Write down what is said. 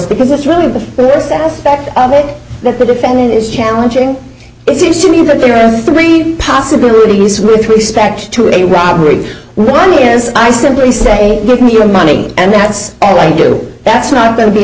because that's really the worst aspect of it that the defendant is challenging it seems to me that there are three possibilities with respect to a robbery one is i simply say look me your money and that's all i do that's not going to be a